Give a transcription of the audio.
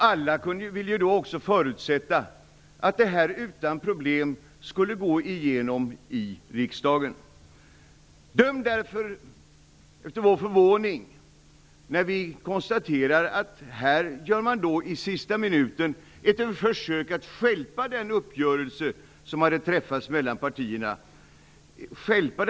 Alla ville vi ju då också förutsätta att detta utan problem skulle gå igenom i riksdagen. Döm därför om vår förvåning när vi konstaterar att man i konstitutionsutskottet i sista minuten gör ett försök att stjälpa den uppgörelse som hade träffats mellan partierna.